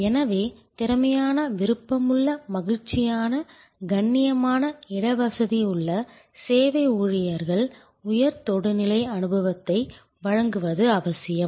எனவே திறமையான விருப்பமுள்ள மகிழ்ச்சியான கண்ணியமான இடவசதியுள்ள சேவை ஊழியர்கள் உயர் தொடுநிலை அனுபவத்தை வழங்குவது அவசியம்